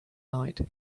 night